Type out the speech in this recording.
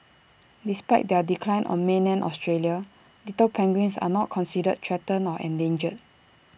despite their decline on mainland Australia little penguins are not considered threatened or endangered